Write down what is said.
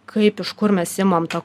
kaip iš kur mes imam tą